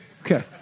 Okay